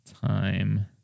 time